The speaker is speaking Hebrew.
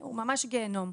הוא ממש גיהנום.